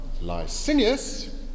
Licinius